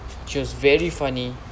she was very funny